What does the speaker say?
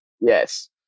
yes